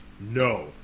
No